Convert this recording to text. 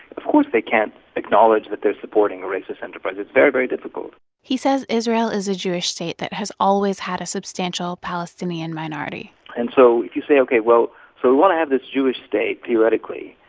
of course they can't acknowledge that they're supporting a racist enterprise. it's very, very difficult he says israel is a jewish state that has always had a substantial palestinian minority and so if you say ok well, so we want to have this jewish state theoretically.